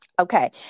Okay